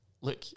look